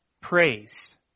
praise